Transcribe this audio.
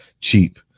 cheap